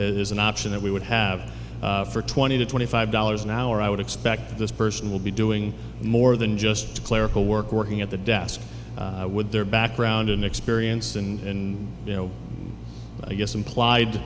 is an option that we would have for twenty to twenty five dollars an hour i would expect that this person will be doing more than just clerical work working at the desk with their background and experience and you know i guess implied